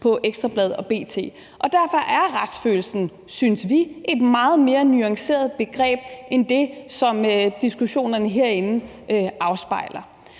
på Ekstra Bladet eller B.T. Derfor er retsfølelsen, synes vi, et meget mere nuanceret begreb end det, som diskussionerne herinde afspejler.